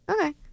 Okay